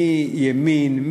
מימין,